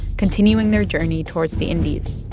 continuing their journey towards the indies.